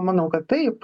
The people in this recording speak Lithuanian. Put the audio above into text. manau kad taip